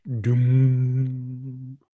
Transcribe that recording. doom